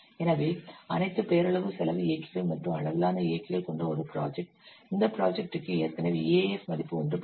எனவே அனைத்து பெயரளவு செலவு இயக்கிகள் மற்றும் அளவிலான இயக்கிகள் கொண்ட ஒரு ப்ராஜெக்ட் இந்த ப்ராஜெக்ட்டுக்கு ஏற்கனவே EAF மதிப்பு 1